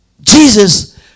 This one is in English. Jesus